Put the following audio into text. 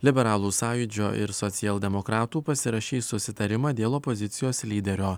liberalų sąjūdžio ir socialdemokratų pasirašys susitarimą dėl opozicijos lyderio